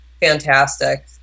fantastic